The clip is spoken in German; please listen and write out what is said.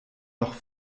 noch